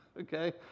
okay